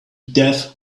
death